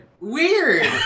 Weird